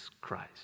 Christ